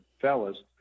fellas